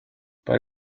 but